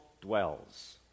dwells